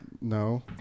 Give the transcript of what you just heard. no